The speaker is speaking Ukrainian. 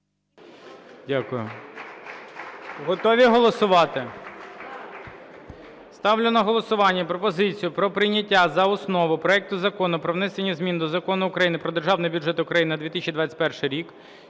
Дякую. Готові голосувати? Ставлю на голосування пропозицію про прийняття за основу проекту Закону про внесення змін до Закону України "Про Державний бюджет України на 2021 рік"